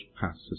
passes